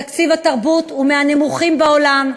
תקציב התרבות הוא מהנמוכים בעולם,